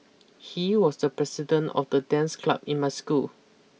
he was the president of the dance club in my school